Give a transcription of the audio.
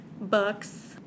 books